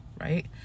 Right